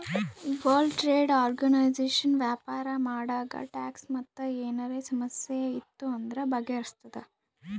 world trade organisation ವ್ಯಾಪಾರ ಮಾಡಾಗ tax ಮತ್ ಏನರೇ ಸಮಸ್ಯೆ ಇತ್ತು ಅಂದುರ್ ಬಗೆಹರುಸ್ತುದ್